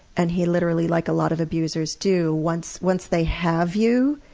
and he literally like a lot of abusers do once once they have you,